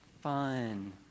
fun